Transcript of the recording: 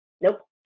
Nope